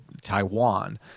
Taiwan